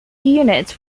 units